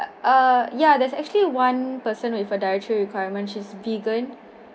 uh yeah there's actually one person with a dietary requirement she's vegan